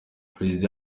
perezida